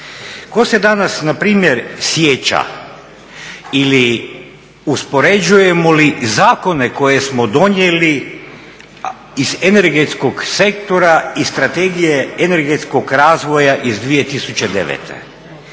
Tko se danas npr. sjeća ili uspoređujemo li zakone koje smo donijeli iz energetskog sektora i strategije energetskog razvoja iz 2009.,